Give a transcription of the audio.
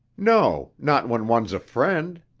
no, not when one's a friend.